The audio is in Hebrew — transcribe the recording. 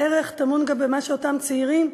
הערך טמון גם במה שאותם צעירים,